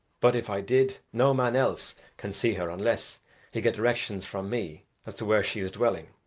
but, if i did, no man else can see her unless he get directions from me as to where she is dwelling.